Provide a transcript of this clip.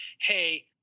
hey